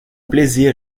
plaisir